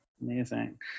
Amazing